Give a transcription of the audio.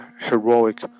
heroic